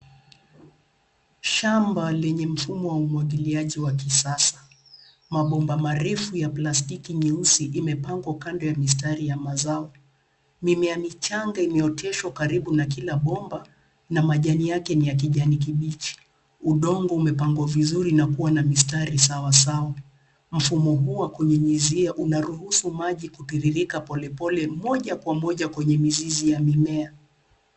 Shamba lenye mfumo wa umwagiliaji wa kisasa. Mabomba marefu ya plastiki nyeusi imepangwa kando ya mistari ya mazao. Mimea michanga imeoteshwa karibu na kila bomba, na majani yake ni ya kijani kibichi. Udongo umepangwa vizuri na kua na mistari sawa sawa. Mfumo huu wa kunyunyizia unaruhusu maji kutiririka pole pole, moja kwa moja kwenye mizizi ya mimea.